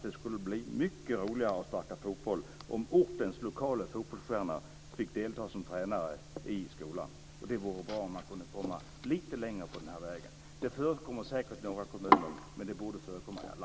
Det skulle vara mycket roligare att sparka fotboll om ortens lokale fotbollsstjärna fick delta som tränare i skolan. Det vore bra om det gick att gå lite längre på den vägen. Det förekommer säkert i några kommuner, men det borde förekomma i alla.